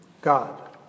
God